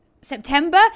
September